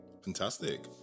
Fantastic